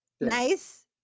Nice